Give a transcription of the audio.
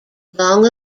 long